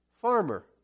farmer